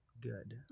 good